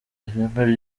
ireme